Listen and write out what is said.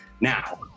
now